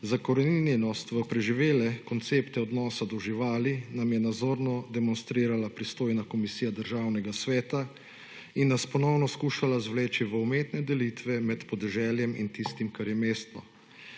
Zakoreninjenost v preživele koncepte odnosa do živali nam je nazorno demonstrirala pristojna Komisija Državnega sveta in nas ponovno skušala zvleči v umetne delitve med podeželjem in tistim kar je mesto.